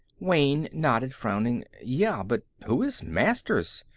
wayne nodded, frowning. yeah, but who is masters?